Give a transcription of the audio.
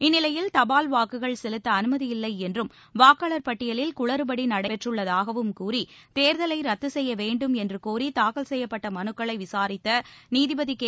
இந்நிலையில் தபால் வாக்குகள் செலுத்த அனுமதியில்லை என்றும் வாக்காளர் பட்டியலில் குளறுபடி நடைபெற்றுள்ளதாகவும் கூறி தேர்தலை ரத்து செய்ய வேண்டும் என்று கோரி தாக்கல் செய்யப்பட்ட மனுக்களை விசாரித்த நீதிபதி கே